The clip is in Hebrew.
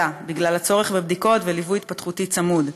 בגלל הצורך בבדיקות ובליווי התפתחותי צמוד.